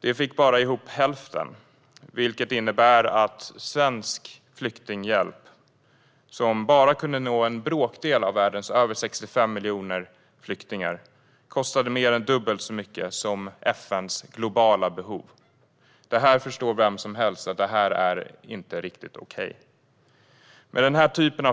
De fick bara ihop hälften, vilket innebär att svensk flyktinghjälp, som bara kunde nå en bråkdel av världens över 65 miljoner flyktingar, kostade mer än dubbelt så mycket som FN:s globala behov. Vem som helst förstår att detta inte är riktigt okej. Den här typen